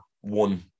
one